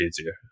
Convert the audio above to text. easier